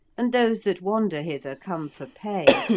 and those that wander hither come for pay,